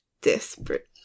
desperate